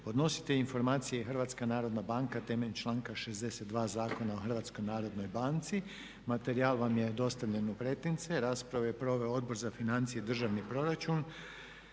Podnositelj informacije je Hrvatska narodna banka temeljem članka 62. Zakona o Hrvatskoj narodnoj banci. Materijal vam je dostavljen u pretince. Raspravu je proveo Odbor za financije i državni proračun